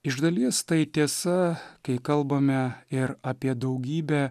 iš dalies tai tiesa kai kalbame ir apie daugybę